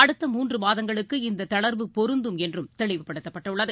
அடுத்த மூன்றுமாதங்களுக்கு இந்ததளர்வு பொருந்தும் என்றும் தெளிவுபடுத்தப்பட்டுள்ளது